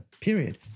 period